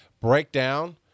Breakdown